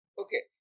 okay